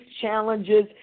challenges